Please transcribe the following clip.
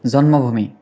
জন্মভূমি